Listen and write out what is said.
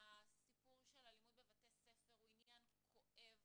הסיפור של אלימות בבתי ספר הוא עניין כואב,